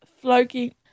Floki